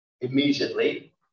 immediately